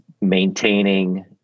maintaining